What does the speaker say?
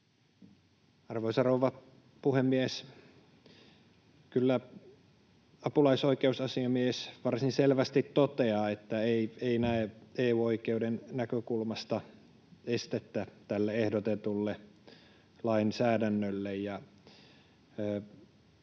Arvoisa rouva puhemies! Kyllä apulaisoikeusasiamies varsin selvästi toteaa, että ei näe EU-oikeuden näkökulmasta estettä tälle ehdotetulle lainsäädännölle.